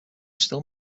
still